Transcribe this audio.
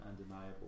undeniable